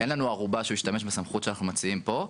אין לנו ערובה שהוא ישתמש בסמכות שאנחנו מציעים פה.